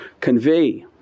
convey